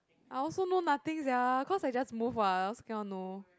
I also know nothing sia cause I just move what I also cannot know